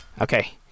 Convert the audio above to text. Okay